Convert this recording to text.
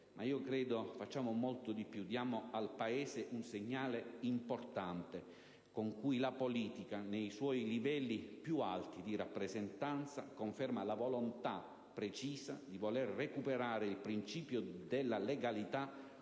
a mio avviso facciamo molto di più: diamo al Paese un segnale importante con cui la politica, nei suoi livelli più alti di rappresentanza, conferma la volontà precisa di recuperare il principio della legalità